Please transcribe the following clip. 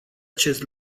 acest